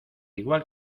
igual